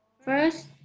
First